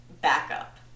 backup